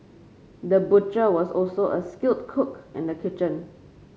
the butcher was also a skilled cook in the kitchen